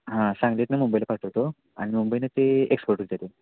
हां सांगलीतून मुंबईला पाठवतो आणि मुंबईने ते एक्सपोर्ट होत आहे ते